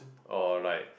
or like